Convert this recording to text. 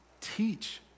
teach